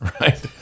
right